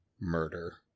murder